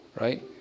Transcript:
Right